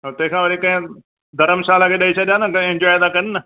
तंहिं खां वरी कंहिं धर्मशाला खे ॾेई छॾिया न त इन्जोय था कनि न